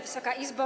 Wysoka Izbo!